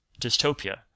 dystopia